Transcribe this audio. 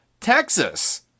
Texas